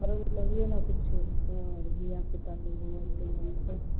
करैबै तभिए ने किछु होयतै धिआपुता सब बनतै ओनतै